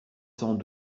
cent